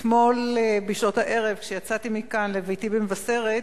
אתמול בשעות הערב כשיצאתי מכאן לביתי במבשרת,